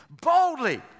Boldly